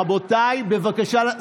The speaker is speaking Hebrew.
רבותיי, בבקשה.